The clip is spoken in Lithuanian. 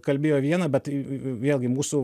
kalbėjo viena bet vėlgi mūsų